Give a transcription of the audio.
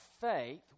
faith